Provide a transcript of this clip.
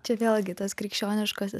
čia vėlgi tas krikščioniškasis